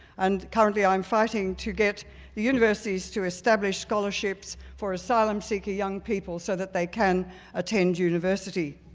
and currently i'm fighting to get the universities to establish scholarships for asylum-seeking young people so that they can attend university.